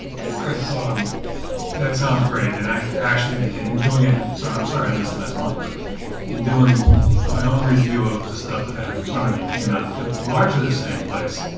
it's chris on that sounds great. and i actually didn't doing it it so, i'm sorry i missed last month but in doing my own review of the stuff that i have in front of me came out to largely the same place